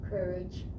Courage